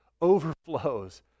overflows